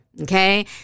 Okay